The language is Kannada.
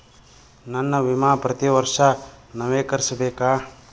ನನ್ನ ವಿಮಾ ಪ್ರತಿ ವರ್ಷಾ ನವೇಕರಿಸಬೇಕಾ?